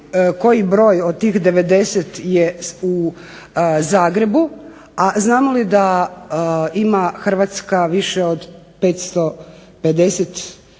koji broj od tih 90 je u Zagrebu, a znamo li da ima Hrvatska više od 550 jedinica